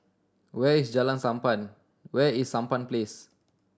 where is Sampan where is Sampan Place